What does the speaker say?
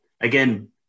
again